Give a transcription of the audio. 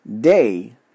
day